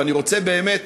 ואני רוצה באמת,